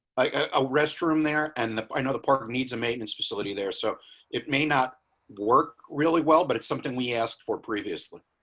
a restroom there and i know the part that needs a maintenance facility there so it may not work really well, but it's something we asked for previously.